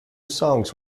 songs